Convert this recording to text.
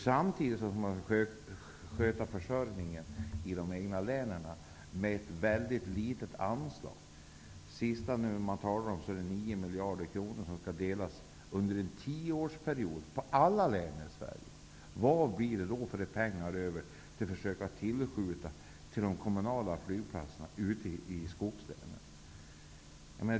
Samtidigt skall man sköta försörjningen i de egna länen med ett väldigt litet anslag. Det senaste man talade om var 9 miljarder kronor som under en tioårsperiod skall delas på alla län i Sverige. Hur mycket pengar blir då över att försöka skjuta till för de kommunala flygplatserna ute i skoglänen?